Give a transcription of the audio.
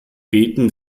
beten